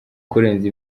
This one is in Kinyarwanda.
kurenza